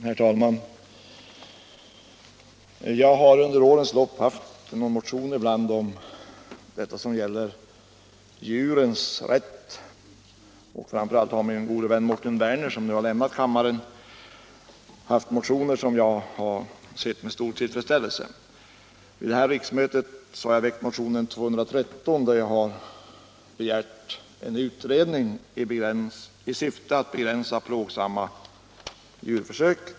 Herr talman! Jag har under årens lopp väckt några motioner om djurens rätt. Framför allt har min gode vän Mårten Werner, som nu har lämnat kammaren, väckt motioner i detta ämne, vilka jag har tagit del av med stor tillfredsställelse. Vid detta riksmöte har jag i motionen 213 begärt en utredning i syfte att begränsa plågsamma djurförsök.